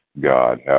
God